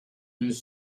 deux